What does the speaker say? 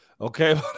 okay